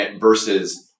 versus